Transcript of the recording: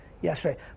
yesterday